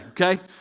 okay